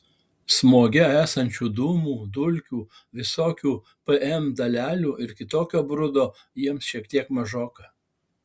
smoge esančių dūmų dulkių visokių pm dalelių ir kitokio brudo jiems šiek tiek mažoka